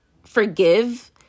Forgive